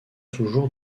toujours